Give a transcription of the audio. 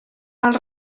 els